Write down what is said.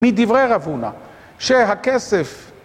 מדברי רב הונא, שהכסף